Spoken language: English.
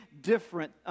different